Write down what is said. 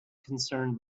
concerned